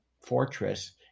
fortress